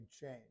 change